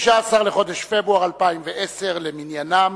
15 בחודש פברואר 2010 למניינם.